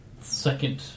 Second